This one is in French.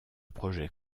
projet